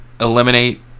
eliminate